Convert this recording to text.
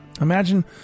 Imagine